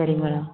சரி மேடம்